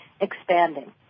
expanding